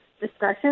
discussion